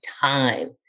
time